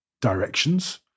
directions